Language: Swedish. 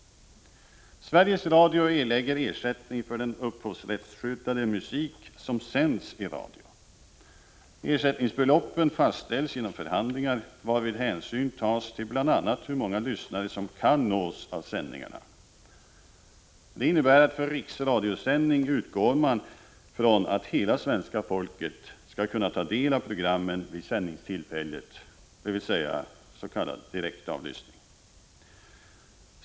Sveriges Radio erlägger ersättning för den upphovsrättsskyddade musik som sänds i radio. Ersättningsbeloppen fastställs genom förhandlingar, varvid hänsyn tas till bl.a. hur många lyssnare som kan nås av sändningarna. Det innebär att man för riksradiosändningar utgår från att hela svenska folket skall kunna ta del av programmen vid sändningstillfället, s.k. direktavlyssning.